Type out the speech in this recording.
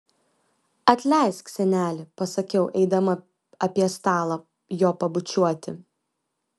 atleisk seneli pasakiau eidama apie stalą jo pabučiuoti